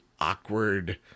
awkward